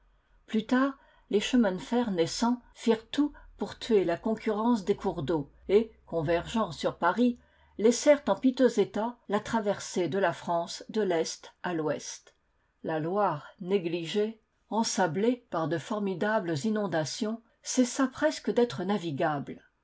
plus tard les chemins de fer naissants firent tout pour tuer la concurrence des cours d'eau et convergeant sur paris laissèrent en piteux état la traversée de la france de l'est à l'ouest la loire négligée ensablée par de formidables inondations cessa presque d'être navigable